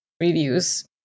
reviews